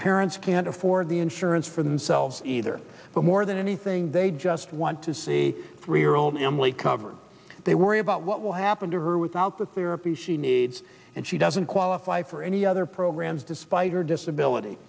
parents can't afford the insurance for themselves either but more than anything they just want to see three year old emily covered they worry about what will happen to her without the therapy she needs and she doesn't qualify for any other programs despite her disability